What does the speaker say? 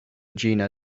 jena